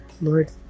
Lord